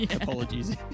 apologies